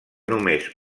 només